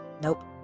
Nope